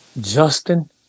justin